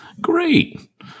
Great